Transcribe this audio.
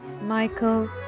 Michael